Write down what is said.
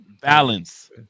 Balance